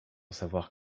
savoir